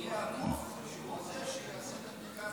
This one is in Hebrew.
שתהיה הגוף שהוא זה שיעשה את הבדיקה במקום הלשכה.